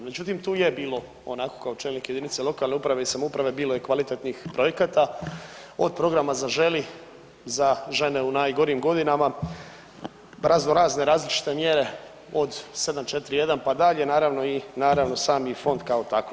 Međutim, tu je bilo onako kao čelnik jedinice lokalne uprave i samouprave bilo je i kvalitetnih projekata od programa „Zaželi“ za žene u najgorim godinama, razno razne različite mjere od 7.4.1., pa dalje, naravno i naravno sami fond kao takav.